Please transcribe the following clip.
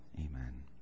amen